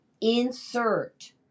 insert